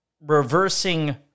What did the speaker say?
reversing